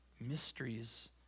mysteries